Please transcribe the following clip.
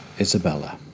Isabella